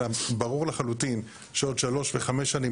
אלא ברור לחלוטין שעוד שלוש וחמש שנים,